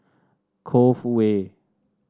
Cove Way